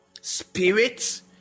spirits